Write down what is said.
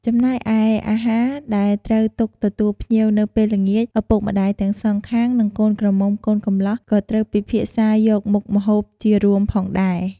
ចំណែកឯអាហារដែលត្រូវទុកទទួលភ្ញៀវនៅពេលល្ងាច ឪពុកម្តាយទាំងសងខាង និងកូនក្រមុំកូនកំលោះក៏ត្រូវពិភាក្សាយកមុខម្ហូបជារួមផងដែរ។